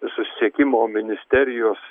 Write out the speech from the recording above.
susisiekimo ministerijos